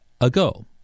ago